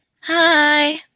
Hi